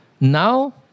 now